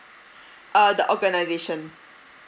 uh the organisation